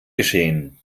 geschehen